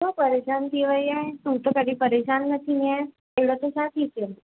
छो परेशानु थी वई आहे तूं त कॾहिं परेशानु न थींदी आहे अहिॾो त छा थी पियो